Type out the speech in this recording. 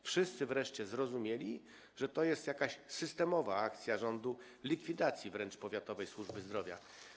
Wszyscy wreszcie zrozumieli, że to jest jakaś systemowa akcja rządu, wręcz likwidacja powiatowej służby zdrowia.